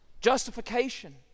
Justification